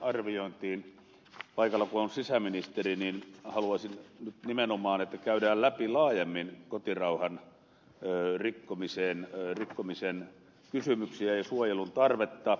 kun paikalla on sisäministeri niin haluaisin nyt nimenomaan että käydään läpi laajemmin kotirauhan rikkomisen kysymyksiä ja suojelun tarvetta